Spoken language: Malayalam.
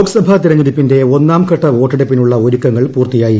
ലോകസഭാ തെരഞ്ഞെടുപ്പിന്റെ ഒന്നാംഘട്ട വോട്ടെടുപ്പിനുള്ള ഒരുക്കങ്ങൾ പൂർത്തിയായി